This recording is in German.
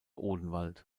odenwald